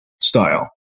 style